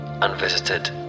unvisited